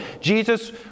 Jesus